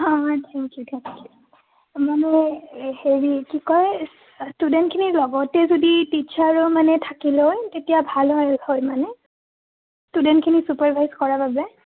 অঁ মানে হেৰি কি কয় ষ্টুডেণ্টখিনিৰ লগতে যদি টিচাৰো মানে থাকি লয় তেতিয়া ভাল হয় হয় মানে ষ্টুডেণ্টখিনি ছুপাৰভাইজ কৰাৰ বাবে